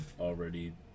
already